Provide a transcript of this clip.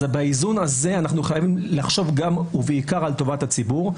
באיזון הזה אנחנו חייבים לחשוב גם ובעיקר על טובת הציבור,